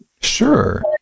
Sure